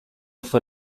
fue